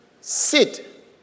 sit